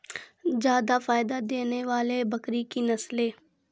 जादा फायदा देने वाले बकरी की नसले?